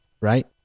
right